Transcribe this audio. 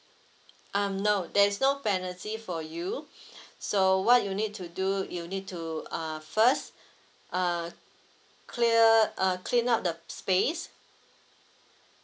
um no there's no penalty for you so what you need to do you need to uh first uh clear uh clean up the space